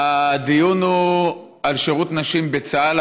הדיון הוא על שירות נשים בצה"ל,